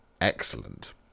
excellent